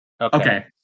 Okay